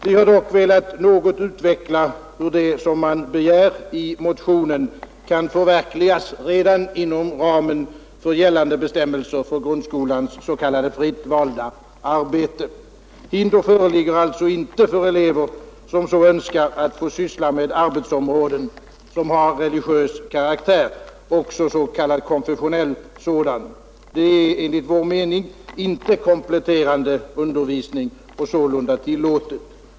Vi har dock velat något utveckla hur det som man begär i motionen kan förverkligas redan inom ramen för gällande bestämmelser för grundskolans s.k. fritt valda arbete. Hinder föreligger alltså inte för elever som så önskar att få syssla med arbetsområden som har religiös karaktär, även s.k. konfessionella sådana. Det är enligt vår uppfattning inte kompletterande undervisning och sålunda tillåtet.